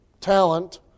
talent